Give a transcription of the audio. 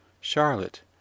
CHARLOTTE